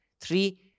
Three